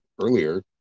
earlier